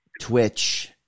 Twitch